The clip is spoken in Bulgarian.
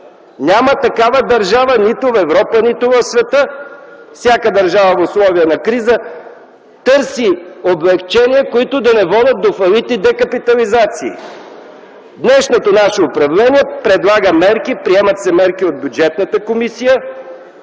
Няма такава държава нито в Европа, нито в света. Всяка държава в условия на криза търси облекчения, които да не водят до фалит и декапитализации. Днешното наше управление предлага мерки, приемат се мерки от Бюджетната комисия